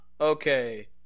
Okay